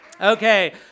Okay